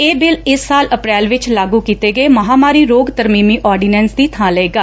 ਇਹ ਬਿੱਲ ਇਸ ਸਾਲ ਅਧ੍ਰੈਲ ਵਿਚ ਲਾਗੁ ਕੀਤੇ ਗਏ ੱ ਹਾਂਮਾਰੀ ਰੋਗ ਤਰਮੀਮੀ ਆਰਡੀਨੈਸ ਦੀ ਬਾ ਲਏਗਾ